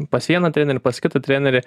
pas vieną trenerį pas kitą trenerį